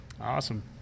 Awesome